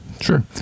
sure